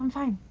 fine.